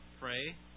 Pray